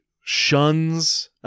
shuns